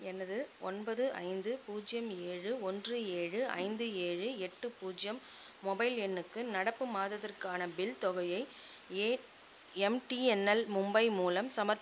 இந்த மாதம் ஏர்டெல் உடன் எனது மொபைல் திட்டத்தில் நான் எவ்வளவு தரவைப் பயன்படுத்தி உள்ளேன் என உள்ளேன் எனது மொபைல் எண் ஒன்பது ஏழு ஏழு ஐந்து பூஜ்ஜியம் ஒன்று நான்கு ஏழு ஒன்று ஆறு